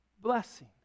blessing